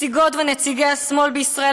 נציגות ונציגי השמאל בישראל,